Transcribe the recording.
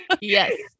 Yes